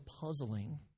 puzzling